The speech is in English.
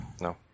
No